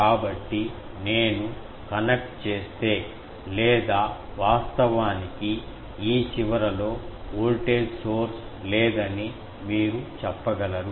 కాబట్టి నేను కనెక్ట్ చేస్తే లేదా వాస్తవానికి ఈ చివరలో వోల్టేజ్ సోర్స్ లేదని మీరు చెప్పగలరు